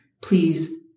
Please